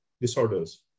disorders